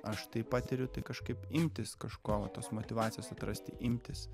aš tai patiriu tai kažkaip imtis kažko va tos motyvacijos atrasti imtis